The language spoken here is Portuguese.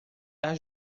dar